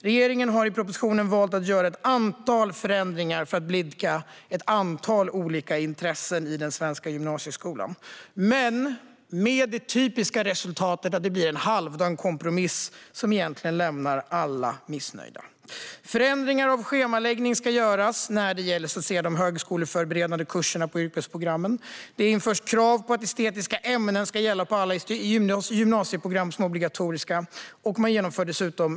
Regeringen har i propositionen valt att göra ett antal förändringar för att blidka olika intressen i den svenska gymnasieskolan, med det typiska resultatet att det blir en halvdan kompromiss som egentligen lämnar alla missnöjda. Förändringar av schemaläggning ska göras när det gäller de högskoleförberedande kurserna på yrkesprogrammen. Det införs krav på att estetiska ämnen ska gälla som obligatoriska på alla gymnasieprogram.